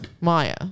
Maya